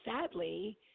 sadly